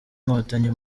inkotanyi